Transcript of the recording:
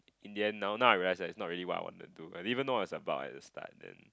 in the end now now I realise that's not really what I want to do and even know is about at the start and